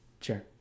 Sure